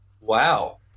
Wow